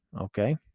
okay